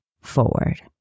forward